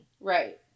Right